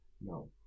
No